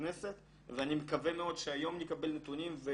הכנסת ואני מקווה מאוד שהיום נקבל נתונים.